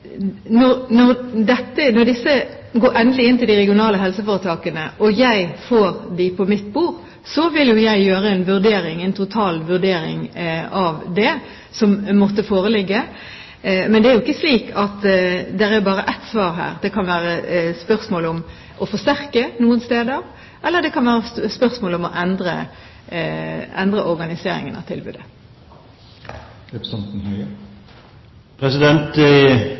Når disse endelig går inn til de regionale helseforetakene, og jeg får dem på mitt bord, vil jeg foreta en total vurdering av det som måtte foreligge. Men det er jo ikke slik at det bare er ett svar her. Det kan være spørsmål om å forsterke noen steder, eller det kan være spørsmål om å endre organiseringen av tilbudet.